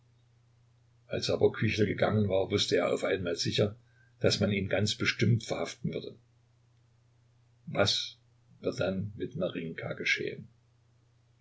als aber küchel gegangen war wußte er auf einmal sicher daß man ihn ganz bestimmt verhaften würde was wird dann mit marinjka geschehen